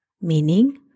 meaning